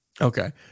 Okay